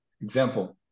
example